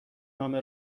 نامه